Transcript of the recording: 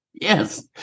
Yes